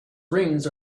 rings